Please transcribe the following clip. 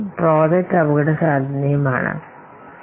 അതിനാൽ പ്രോജക്റ്റ് റിസ്കിൽ നമുക്ക് നോക്കാം എന്താണ് സംഭവിക്കുന്നത്